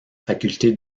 faculté